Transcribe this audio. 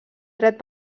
dret